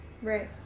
Right